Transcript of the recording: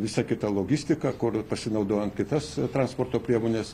visa kita logistika kur pasinaudojant kitas transporto priemones